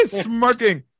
smirking